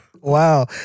Wow